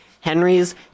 Henry's